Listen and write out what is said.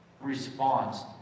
response